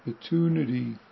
opportunity